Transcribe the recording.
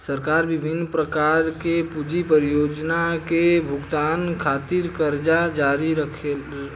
सरकार बिभिन्न प्रकार के पूंजी परियोजना के भुगतान खातिर करजा जारी करेले